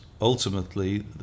Ultimately